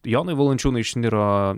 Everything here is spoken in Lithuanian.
jonui valančiūnui išniro